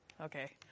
Okay